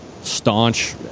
staunch